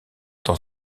dans